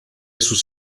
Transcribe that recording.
sus